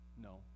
no